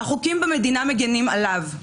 החוקים במדינה מגנים עליו,